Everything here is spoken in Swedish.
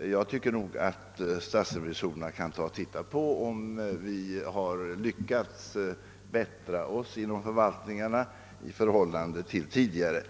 jag tycker som sagt att statsrevisorerna kan få se på dessa ting och konstatera om vi har lyckats bättra oss inom förvaltningarna jämfört med tidigare.